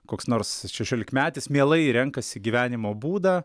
koks nors šešiolikmetis mielai renkasi gyvenimo būdą